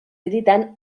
hiritan